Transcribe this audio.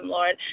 Lord